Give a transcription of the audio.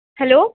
hello